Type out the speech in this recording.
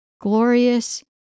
glorious